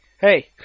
hey